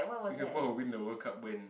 Singapore will win the World-Cup when